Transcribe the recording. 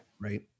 right